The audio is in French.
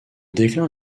déclin